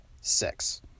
six